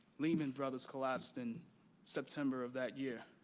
lehman brothers collapsed in september of that year.